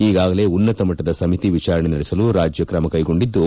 ಈಗಾಗಲೇ ಉನ್ನತಮಟ್ಲದ ಸಮಿತಿ ವಿಚಾರಣೆ ನಡೆಸಲು ರಾಜ್ಯ ಕ್ರಮ ಕೈಗೊಂಡಿದ್ದು